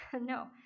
No